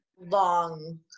long